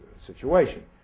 situation